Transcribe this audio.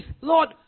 Lord